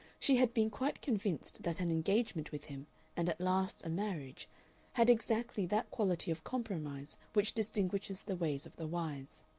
she had been quite convinced that an engagement with him and at last a marriage had exactly that quality of compromise which distinguishes the ways of the wise.